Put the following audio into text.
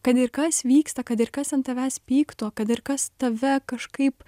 kad ir kas vyksta kad ir kas ant tavęs pyktų kad ir kas tave kažkaip